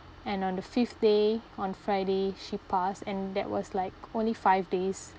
and on the fifth day on friday she passed and that was like only five days